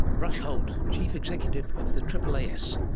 rush holt, chief executive of the aaas.